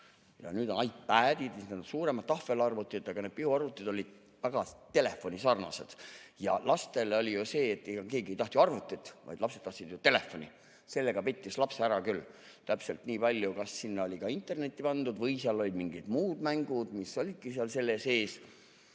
Ja nüüd on iPadid, mis on suuremad tahvelarvutid. Aga need pihuarvutid olid väga telefoni-sarnased ja lastel oli ju see, et keegi ei tahtnud arvutit, vaid lapsed tahtsid telefoni. Sellega pettis lapse ära küll, täpselt nii palju, kas sinna oli ka internet pandud või seal olid mingid muud mängud, mis olidki selle sees.